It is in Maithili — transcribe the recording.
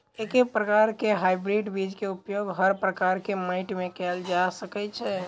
एके प्रकार केँ हाइब्रिड बीज केँ उपयोग हर प्रकार केँ माटि मे कैल जा सकय छै?